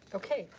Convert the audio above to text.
okay.